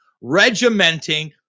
regimenting